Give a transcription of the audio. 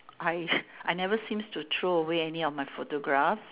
I I never seems to throw away any of my photographs